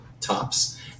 tops